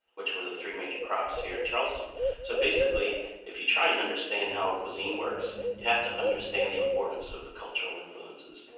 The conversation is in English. which were the three major crops here in charleston so basically if you try and understand how a cuisine works, you have to understand the importance of the cultural influences.